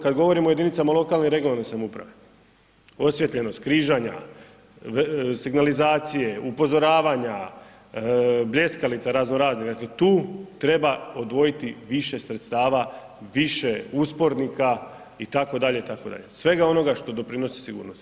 Kad govorimo o jedinicama lokalne i regionalne samouprave, osvijetljenost križanja, signalizacije, upozoravanja, bljeskalica razno raznih, dakle tu treba odvojiti više sredstava, više uspornika itd., itd., svega onoga što doprinosi sigurnosti.